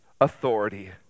authority